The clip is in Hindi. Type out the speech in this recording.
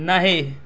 नहीं